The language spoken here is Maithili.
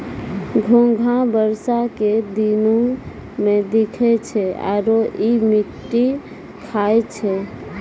घोंघा बरसा के दिनोॅ में दिखै छै आरो इ मिट्टी खाय छै